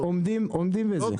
אנחנו עומדים בזה.